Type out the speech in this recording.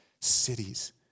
cities